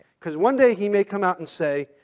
because one day he may come out and say,